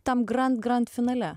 tam grand grand finale